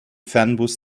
fernbus